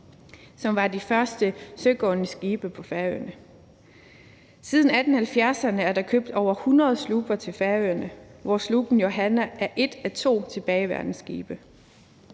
som var de første søgående skibe på Færøerne. Siden 1870'erne er der blevet købt over hundrede slupper til Færøerne, hvoraf sluppen »Johanna« er et af to tilbageværende skibe.